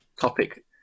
topic